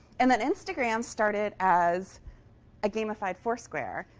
and then instagram started as a gamified foursquare.